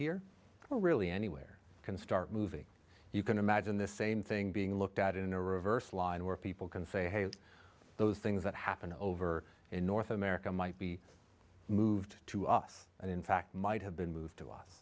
or really anywhere can start moving you can imagine the same thing being looked at in a reverse line where people can say hey those things that happened over in north america might be moved to us and in fact might have been moved to us